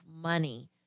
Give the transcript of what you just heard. money